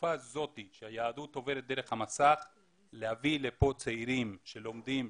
בתקופה הזאת שהיהדות עוברת דרך המסך להביא לפה צעירים שלומדים,